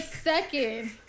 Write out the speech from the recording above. second